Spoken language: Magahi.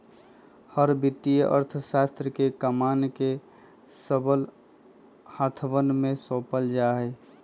हर वित्तीय अर्थशास्त्र के कमान के सबल हाथवन में सौंपल जा हई